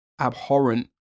abhorrent